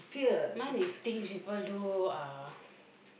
mine is things people do uh